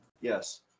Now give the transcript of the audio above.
Yes